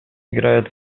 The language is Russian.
играют